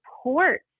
support